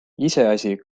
iseasi